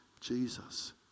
Jesus